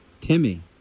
Timmy